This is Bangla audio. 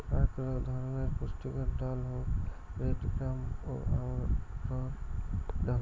আক ধরণের পুষ্টিকর ডাল হউক রেড গ্রাম বা অড়হর ডাল